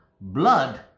blood